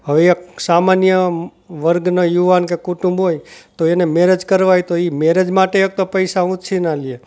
હવે એક સામાન્ય વર્ગનો યુવાન કે કુટુંબ હોય તો એને મેરેજ કરવા હોય તો એ મેરેજ માટે એક તો પૈસા ઉછીના લે